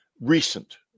recent